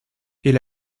est